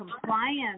compliance